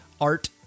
art